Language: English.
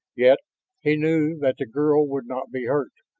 yet he knew that the girl would not be hurt,